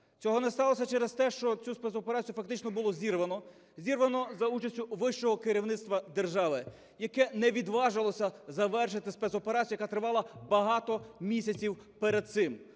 Цього не сталося через те, що цю спецоперацію фактично було зірвано, зірвано за участі вищого керівництва держави, яке не відважилося завершити спецоперацію, яка тривала багато місяців перед цим.